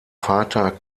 vater